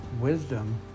wisdom